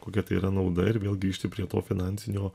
kokia tai yra nauda ir vėl grįžti prie to finansinio